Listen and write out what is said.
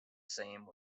same